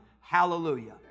Hallelujah